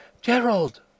Gerald